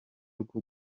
rwo